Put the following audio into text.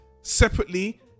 separately